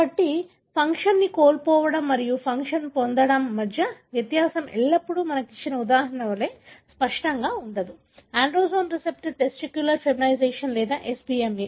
కాబట్టి ఫంక్షన్ కోల్పోవడం మరియు ఫంక్షన్ పొందడం మధ్య వ్యత్యాసం ఎల్లప్పుడూ మనము ఇచ్చిన ఉదాహరణ వలె స్పష్టంగా ఉండదు ఆండ్రోజెన్ రిసెప్టర్ టెస్టిక్యులర్ ఫెమినైజేషన్ లేదా SBMA